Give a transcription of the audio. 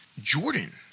Jordan